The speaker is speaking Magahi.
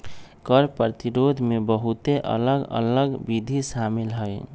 कर प्रतिरोध में बहुते अलग अल्लग विधि शामिल हइ